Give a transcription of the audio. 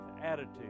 attitude